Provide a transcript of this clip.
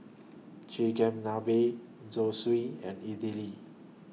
Chigenabe Zosui and Idili